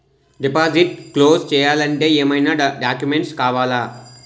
Deposit close చేయాలి అంటే ఏమైనా డాక్యుమెంట్స్ కావాలా?